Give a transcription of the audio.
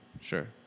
Sure